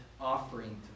offering